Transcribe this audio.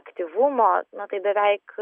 aktyvumo na tai beveik